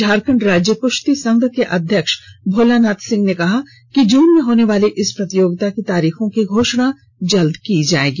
झारखंड राज्य कुश्ती संघ के अध्यक्ष भोलानाथ सिंह ने बताया कि जून में होनेवाली इस प्रतियोगिता की तारीखों की घोषणा जल्द की जाएगी